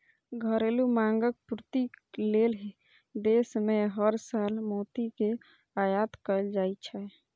घरेलू मांगक पूर्ति लेल देश मे हर साल मोती के आयात कैल जाइ छै